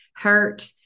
hurt